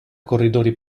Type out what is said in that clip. corridori